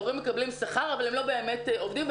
המורים מקבלים שכר אבל הם לא באמת עובדים,